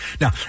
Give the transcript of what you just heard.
Now